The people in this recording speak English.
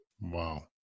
Wow